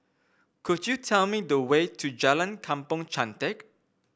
could you tell me the way to Jalan Kampong Chantek